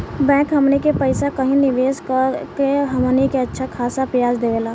bank हमनी के पइसा कही निवेस कऽ के हमनी के अच्छा खासा ब्याज देवेला